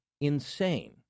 insane